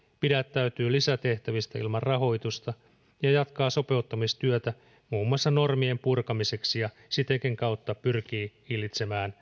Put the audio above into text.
pidättäytyy lisätehtävistä ilman rahoitusta ja jatkaa sopeuttamistyötä muun muassa normien purkamiseksi ja sitäkin kautta pyrkii hillitsemään